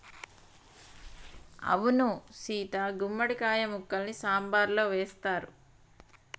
అవును సీత గుమ్మడి కాయ ముక్కల్ని సాంబారులో వేస్తారు